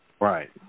right